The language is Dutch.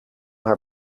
haar